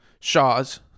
Shaw's